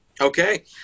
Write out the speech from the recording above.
Okay